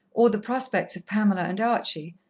or the prospects of pamela and archie,